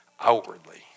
outwardly